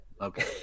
Okay